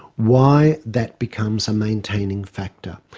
why that becomes a maintaining factor.